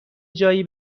جایی